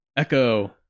Echo